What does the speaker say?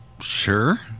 Sure